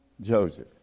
Joseph